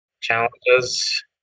challenges